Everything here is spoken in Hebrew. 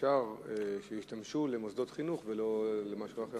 אפשר שישתמשו במבנים למוסדות חינוך ולא למשהו אחר?